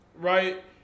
right